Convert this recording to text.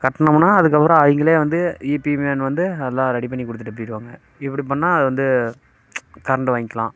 கட்டினோம்ன்னா அதுக்கப்புறம் அவங்களே வந்து ஈபி மேன் வந்து எல்லாம் ரெடி பண்ணிக் கொடுத்துட்டு போயிடுவாங்க இப்படி பண்ணால் அது வந்து கரண்டு வாங்கிக்கலாம்